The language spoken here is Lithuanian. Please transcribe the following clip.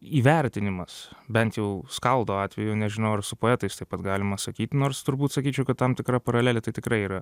įvertinimas bent jau skaldo atveju nežinau ar su poetais taip pat galima sakyt nors turbūt sakyčiau kad tam tikra paralelė tai tikrai yra